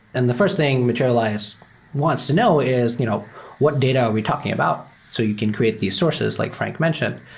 and the fi rst thing materialize wants to know is you know what data are we talking about? so you can create these source, like frank mentioned,